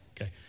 okay